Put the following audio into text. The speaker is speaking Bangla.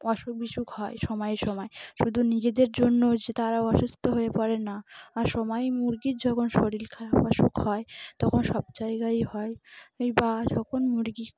অসুখ বিসুখ হয় সময়ে সময় শুধু নিজেদের জন্য যে তারাও অসুস্থ হয়ে পড়ে না আর সময় মুরগির যখন শরীর খারাপ অসুখ হয় তখন সব জায়গায় হয় বা যখন মুরগি